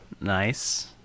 Nice